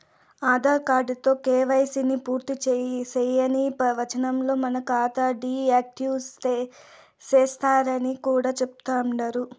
ఆదార్ కార్డుతో కేవైసీని పూర్తిసేయని వచ్చంలో మన కాతాని డీ యాక్టివేటు సేస్తరని కూడా చెబుతండారు